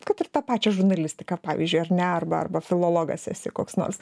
kad ir tą pačią žurnalistiką pavyzdžiui ar ne arba arba filologas esi koks nors